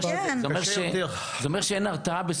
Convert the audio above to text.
זה אומר שאין הרתעה,